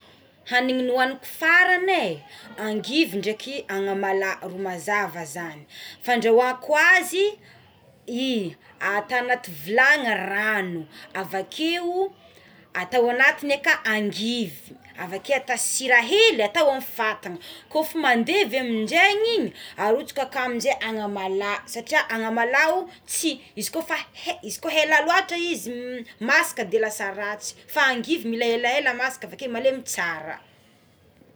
Hanigna nohoaniko farané angivy ndreky anamalah ro mazava zany fandrahoako azy i atao anaty vilany rano, avakeo atao anatigny aka angivy, avakeo atao sira hely atao amin'ny fatana, kôfa mandevy amindragny igny arotsaka ka amizay anamalah satria anamalaho tsy izy ko fa h izy ko hela loatra izy m masaka de lasa ratsy fa angivy mila elaela masaka avakeo malemy tsara.